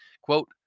Quote